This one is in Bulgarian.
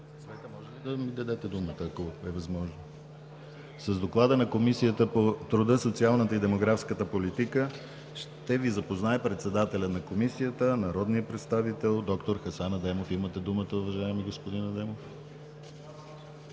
С Доклада на Комисията по труда, социалната и демографска политика ще Ви запознае председателят на Комисията народният представител д-р Хасан Адемов. Имате думата, уважаеми господин Адемов.